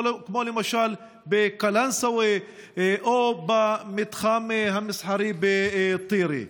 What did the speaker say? למשל בקלנסווה או במתחם המסחרי בטירה.